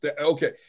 okay